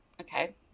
okay